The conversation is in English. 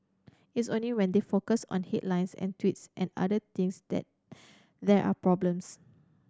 it's only when they focus on headlines and tweets and other things that there are problems